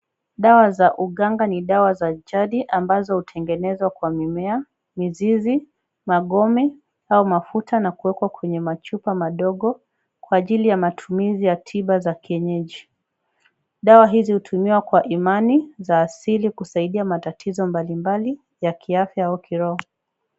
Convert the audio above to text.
Dawa za uganga ni dawa za jadi ambazo hutengenezwa kwa mimea, mizizi, magome au mafuta na kuwekwa kwenye machupa madogo kwa ajili ya matumizi ya tiba za kienyeji. Dawa hizi hutumiwa kwa imani za asili kusaidia matatizo mbalimbali ya kiafya au kiroho.